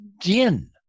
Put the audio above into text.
din